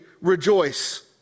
rejoice